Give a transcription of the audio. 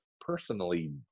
personally